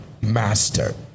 master